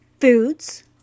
foods